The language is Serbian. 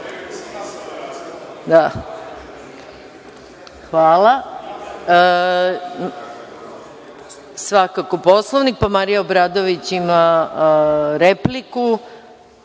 Hvala. Svakako Poslovnik, pa Marija Obradović ima